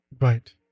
right